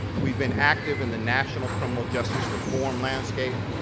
we've been active in the national criminal justice reform landscape.